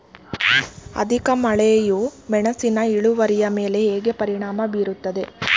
ಅಧಿಕ ಮಳೆಯು ಮೆಣಸಿನ ಇಳುವರಿಯ ಮೇಲೆ ಹೇಗೆ ಪರಿಣಾಮ ಬೀರುತ್ತದೆ?